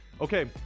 okay